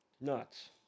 nuts